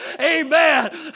amen